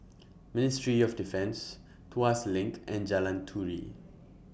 Ministry of Defence Tuas LINK and Jalan Turi